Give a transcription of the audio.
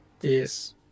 Yes